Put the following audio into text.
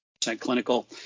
clinical